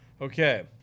Okay